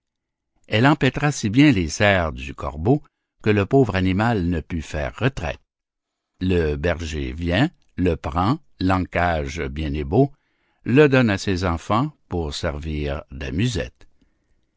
elle empêtra si bien les serres du corbeau que le pauvre animal ne put faire retraite le berger vient le prend l'encage bien et beau le donne à ses enfants pour servir d'amusette